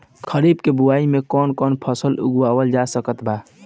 खरीब के बोआई मे कौन कौन फसल उगावाल जा सकत बा?